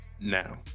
now